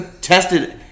Tested